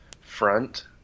front